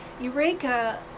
Eureka